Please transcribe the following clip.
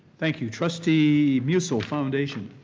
thank you. trustee musil, foundation.